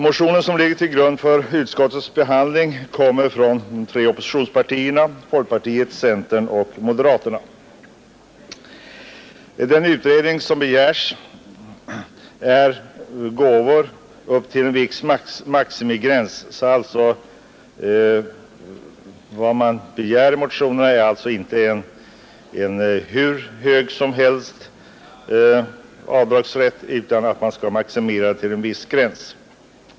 Motionen som ligger till grund för utskottets behandling har väckts av representanter för de tre oppositionspartierna — folkpartiet, centern och moderaterna. Den utredning som begärs gäller gåvor upp till en viss maximigräns. Det som begärs i motionen är alltså inte en hur hög avdragsrätt som helst, utan man vill ha maximering till en viss gräns.